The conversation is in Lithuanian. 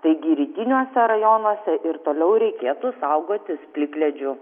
taigi rytiniuose rajonuose ir toliau reikėtų saugotis plikledžių